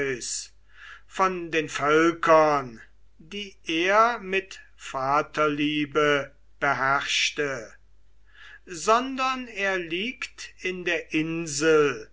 von den völkern die er mit vaterliebe beherrschte sondern er liegt in der insel